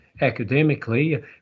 academically